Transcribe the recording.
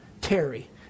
Terry